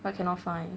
but cannot find